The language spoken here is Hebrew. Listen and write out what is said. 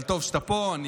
אבל טוב שאתה פה,